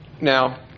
Now